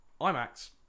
IMAX